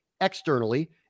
externally